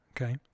Okay